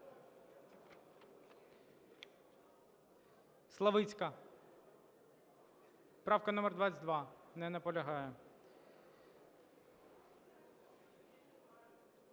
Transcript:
Славицька, правка номер 22. Не наполягає.